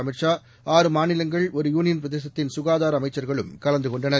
அமித்ஷா ஆறு மாநிலங்கள் ஒரு யூனியன் பிரதேசத்தின் சுகாதார அமைச்சர்களும் கலந்து கொண்டனர்